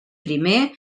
primer